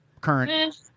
current